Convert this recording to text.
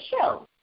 show